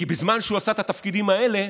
כי בזמן שהוא עשה את התפקידים האלה,